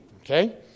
okay